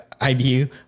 IBU